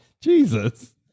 Jesus